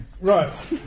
Right